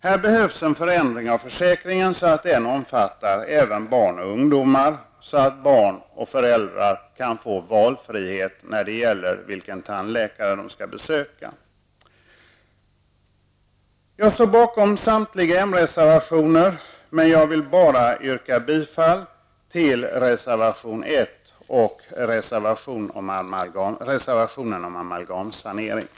Här behövs en förändring av försäkringen, så att den omfattar även barn och ungdomar -- så att barn och föräldrar kan få valfrihet när det gäller vilken tandläkare de skall besöka. Jag står bakom samtliga m-reservatioer, men jag vill bara yrka bifall till reservation 1 och till reservationen om amalgamsanering -- reservation